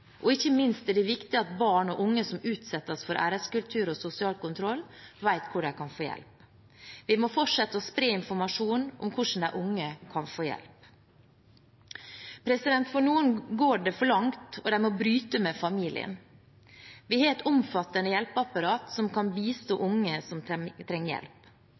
det viktig at barn og unge som utsettes for æreskultur og sosial kontroll, vet hvor de kan få hjelp. Vi må fortsette å spre informasjon om hvordan de unge kan få hjelp. For noen går det for langt, og de må bryte med familien. Vi har et omfattende hjelpeapparat som kan bistå unge som trenger hjelp